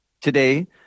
Today